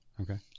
okay